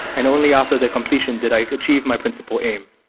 and only after the completion did i achieve my principal aim,